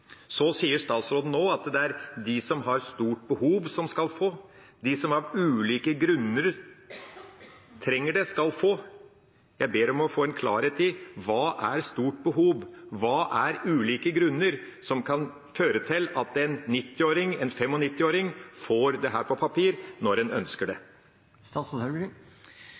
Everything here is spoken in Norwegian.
Så sier statsråden nå at det er de som har stort behov, som skal få. De som av ulike grunner trenger det, skal få. Jeg ber om å få en klarhet i hva er «stort behov» og hva er «ulike grunner», og som kan føre til at en 90-åring eller 95-åring får dette på papir om en ønsker det.